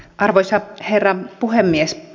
arvoisa herra puhemies